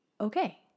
okay